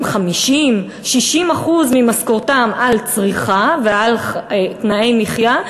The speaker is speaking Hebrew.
50% 60% ממשכורתם על צריכה ועל תנאי מחיה,